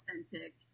authentic